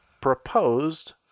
proposed